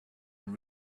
even